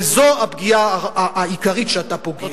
וזו הפגיעה העיקרית שאתה פוגע.